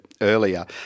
earlier